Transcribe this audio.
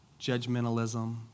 judgmentalism